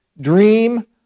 Dream